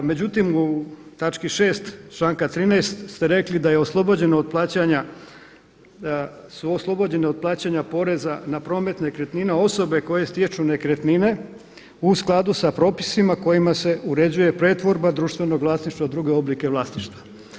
Međutim, u točki 6. članka 13. ste rekli da je oslobođen od plaćanja, su oslobođeni od plaćanja poreza na promet nekretnina osobe koje stječu nekretnine u skladu sa propisima kojima se uređuje pretvorba društvenog vlasništva druge oblike vlasništva.